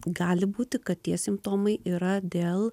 gali būti kad tie simptomai yra dėl